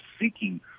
seeking